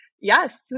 yes